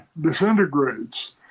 disintegrates